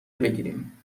بگیریم